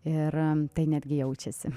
ir tai netgi jaučiasi